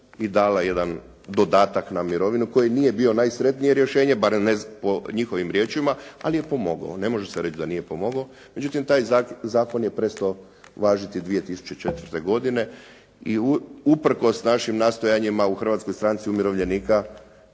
i dala jedan dodatak na mirovinu koji nije bio najsretnije rješenje, barem po njihovim riječima, ali je pomogao. Ne može se reći da nije pomogao. Međutim, taj zakon je prestao važiti 2004. godine i usprkos našim nastojanjima u Hrvatskoj stranci umirovljenika